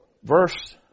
Verse